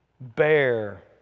bear